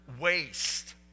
Waste